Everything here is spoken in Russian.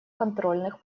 контрольных